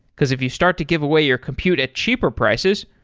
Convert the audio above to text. because if you start to give away your compute at cheaper prices,